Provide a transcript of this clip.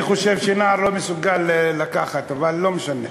אני חושב שנער לא מסוגל לקחת, אבל לא משנה,